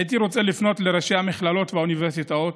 הייתי רוצה לפנות לראשי המכללות והאוניברסיטאות,